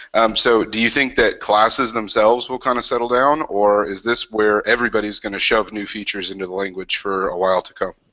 um so do you think that classes themselves will kind of settle down, or is this where everybody is gonna shove new features into the language for awhile to come?